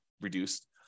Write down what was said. reduced